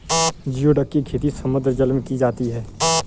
geoduck की खेती समुद्री जल में की जाती है